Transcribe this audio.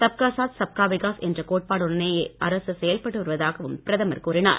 சப்கா சாத் சப்கா விகாஸ் என்ற கோட்பாட்டுடனேயே அரசு செயல்பட்டு வருவதாகவும் பிரதமர் கூறினார்